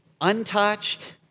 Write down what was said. untouched